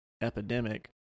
epidemic